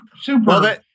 super